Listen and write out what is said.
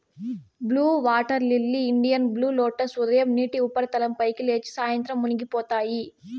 blue water lily, Indian blue lotus ఉదయం నీటి ఉపరితలం పైకి లేచి, సాయంత్రం మునిగిపోతాయి